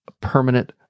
permanent